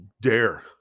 dare